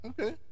Okay